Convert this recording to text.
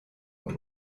und